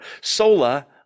Sola